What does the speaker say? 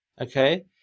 okay